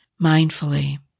mindfully